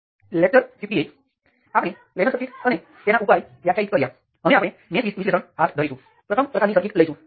હવે આપણે મેશ વિશ્લેષણ અને નોડલ વિશ્લેષણ બંનેનો અભ્યાસ કર્યો છે આપણે ટૂંકમાં બંનેની સરખામણી કરીશું